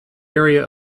area